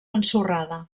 ensorrada